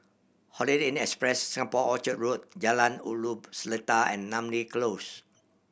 Holiday Inn Express Singapore Orchard Road Jalan Ulu Seletar and Namly Close